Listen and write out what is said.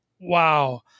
wow